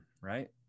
right